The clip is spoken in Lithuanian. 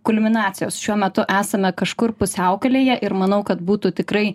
kulminacijos šiuo metu esame kažkur pusiaukelėje ir manau kad būtų tikrai